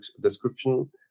description